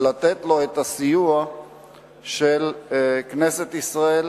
ולתת לו את הסיוע של כנסת ישראל